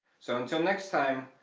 so until next time,